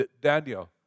Daniel